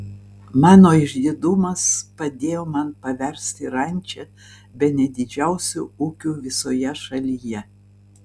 mano išdidumas padėjo man paversti rančą bene didžiausiu ūkiu visoje šalyje